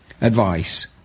advice